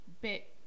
bit